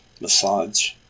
massage